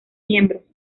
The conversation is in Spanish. miembros